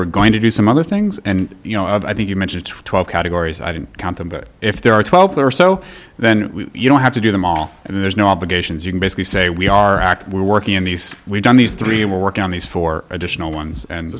we're going to do some other things and you know i think you mentioned twelve categories i didn't count them but if there are twelve there are so then you don't have to do them all and there's no obligations you can basically say we are active we're working on these we've done these three work on these four additional ones and